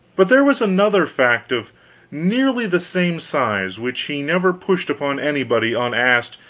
but there was another fact of nearly the same size, which he never pushed upon anybody unasked,